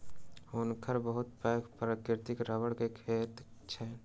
हुनकर बहुत पैघ प्राकृतिक रबड़ के खेत छैन